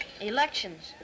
Elections